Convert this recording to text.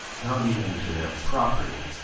not even to their property